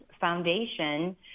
foundation